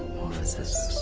morphosis